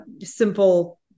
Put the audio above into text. simple